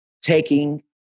taking